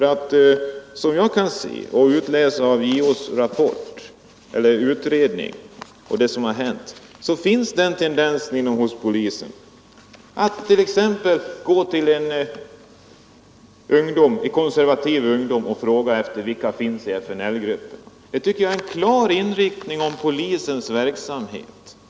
Efter vad jag kan utläsa av JO:s utredning förekommer det att polisen söker upp medlemmar av Konservativ ungdom och frågar vilka som tillhör FNL-grupperna. Det tycker jag ger en klar anvisning om hur polisens verksamhet går till.